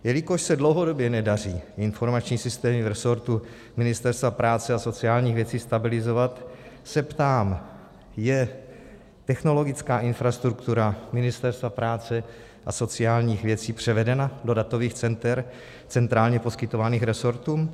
Jelikož se dlouhodobě nedaří informační systémy v resortu Ministerstva práce a sociálních věcí stabilizovat, ptám se: Je technologická infrastruktura Ministerstva práce a sociálních věcí převedena do datových center centrálně poskytovaných resortům?